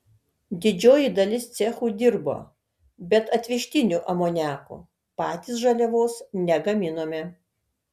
didžioji dalis cechų dirbo bet atvežtiniu amoniaku patys žaliavos negaminome